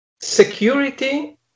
security